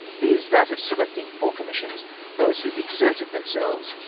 viz. that of selecting for commissions those who exerted themselves,